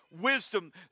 wisdom